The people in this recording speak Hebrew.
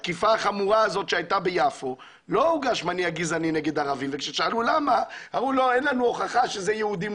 להקפיד על ייחוס הנסיבה המחמירה הזו של מניע גזעני במעשה טרור.